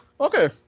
Okay